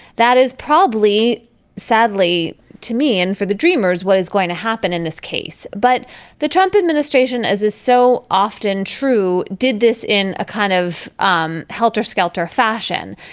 that is probably sadly to me and for the dreamers what is going to happen in this case. but the trump administration as is so often true did this in a kind of um helter skelter fashion.